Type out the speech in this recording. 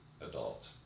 adult